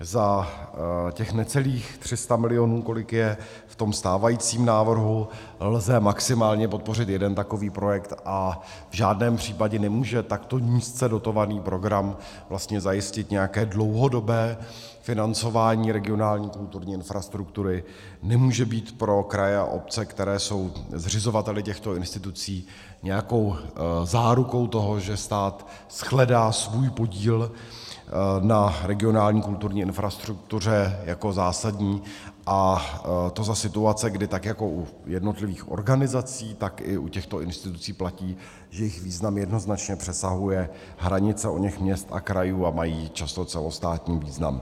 Za těch necelých 300 milionů, kolik je v tom stávajícím návrhu, lze maximálně podpořit jeden takový projekt a v žádném případě nemůže takto nízce dotovaný program zajistit nějaké dlouhodobé financování regionální kulturní infrastruktury, nemůže být pro kraje a obce, které jsou zřizovateli těchto institucí, nějakou zárukou toho, že stát shledá svůj podíl na regionální kulturní infrastruktuře jako zásadní, a to za situace, kdy tak jako u jednotlivých organizací, tak i u těchto institucí platí, že jejich význam jednoznačně přesahuje hranice oněch měst a krajů a mají často celostátní význam.